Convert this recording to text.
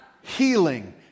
healing